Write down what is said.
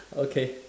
okay